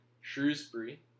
Shrewsbury